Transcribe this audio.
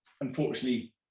unfortunately